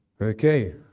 Okay